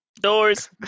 Doors